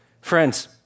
Friends